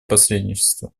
посредничеству